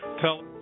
tell